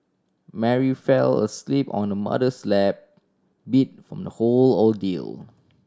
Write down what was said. Mary fell asleep on the mother's lap beat from the whole ordeal